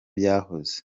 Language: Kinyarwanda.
byahoze